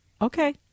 Okay